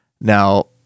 Now